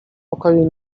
pokoju